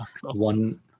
one